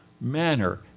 manner